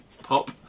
Pop